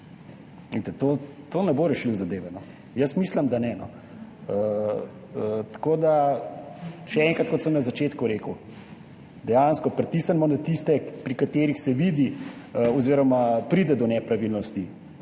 To ne bo rešilo zadeve. Jaz mislim, da ne. Še enkrat, kot sem na začetku rekel, dejansko pritisnimo na tiste, pri katerih se vidi oziroma pri katerih pride do nepravilnosti,